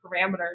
parameters